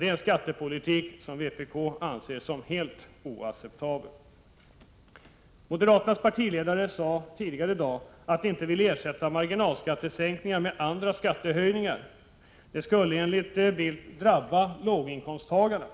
Det är en skattepolitik som vpk anser helt oacceptabel. Moderaternas partiledare sade tidigare i dag att moderaterna inte vill ersätta marginalskattesänkningar med höjningar av andra skatter. Det skulle enligt Bildt drabba låginkomsttagarna.